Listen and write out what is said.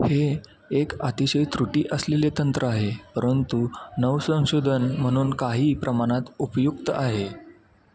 हे एक अतिशय त्रुटी असलेले तंत्र आहे परंतु नवसंशोधन म्हणून काही प्रमाणात उपयुक्त आहे